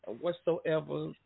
whatsoever